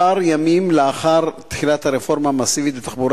כמה ימים לאחר תחילת הרפורמה המסיבית בתחבורה